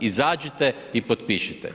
Izađite i potpišite.